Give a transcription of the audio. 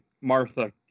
Martha